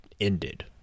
ended